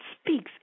speaks